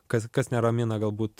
kas kas neramina galbūt